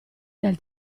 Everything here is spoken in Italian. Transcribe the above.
del